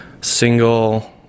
single